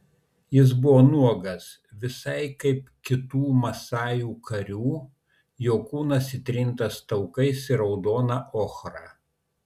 jis buvo nuogas visai kaip kitų masajų karių jo kūnas įtrintas taukais ir raudona ochra